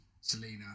Selena